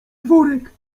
worek